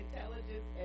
Intelligence